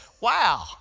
Wow